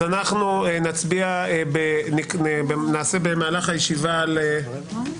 אנחנו נעשה במהלך הישיבה הבאה,